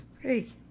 Hey